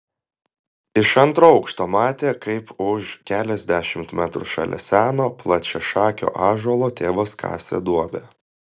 iš antro aukšto matė kaip už keliasdešimt metrų šalia seno plačiašakio ąžuolo tėvas kasė duobę